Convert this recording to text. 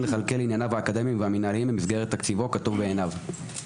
לכלכל ענייניו האקדמיים והמינהליים במסגרת תקציבו כטוב בעיניו".